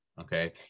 okay